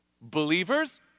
Believers